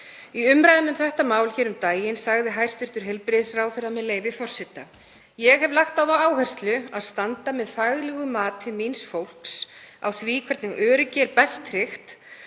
Í umræðum um þetta mál hér um daginn sagði hæstv. heilbrigðisráðherra, með leyfi forseta: „Ég hef lagt á það áherslu að standa með faglegu mati míns fólks á því hvernig öryggi er best tryggt